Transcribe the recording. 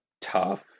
tough